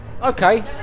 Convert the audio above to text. Okay